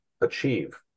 achieve